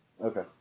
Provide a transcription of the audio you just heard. Okay